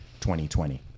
2020